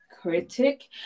Critic